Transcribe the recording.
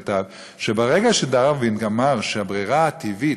כתב שברגע שדרווין אמר שהברירה הטבעית,